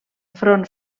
front